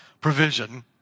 provision